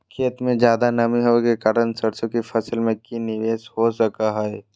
खेत में ज्यादा नमी होबे के कारण सरसों की फसल में की निवेस हो सको हय?